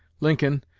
lincoln,